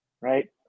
right